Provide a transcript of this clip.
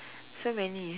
so many